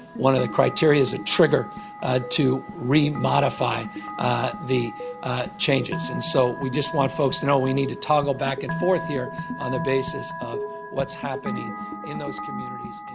one of the criteria is a trigger ah to re-modify the changes. and so we just want folks to know we need to toggle back and forth here on the basis of what's happening in those communities